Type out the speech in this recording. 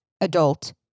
adult